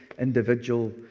individual